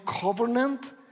covenant